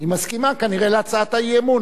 היא מסכימה כנראה להצעת האי-אמון,